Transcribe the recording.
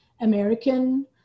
American